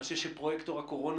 אני חושב שפרויקטור הקורונה,